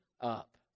up